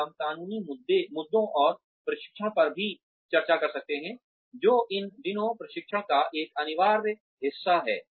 और हम कानूनी मुद्दों और प्रशिक्षण पर भी चर्चा कर सकते हैं जो इन दिनों प्रशिक्षण का एक अनिवार्य हिस्सा है